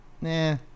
Nah